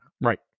right